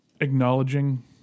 acknowledging